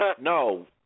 no